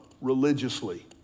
religiously